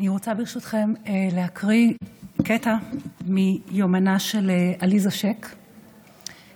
אני רוצה ברשותכם להקריא קטע מיומנה של עליזה ש"ק,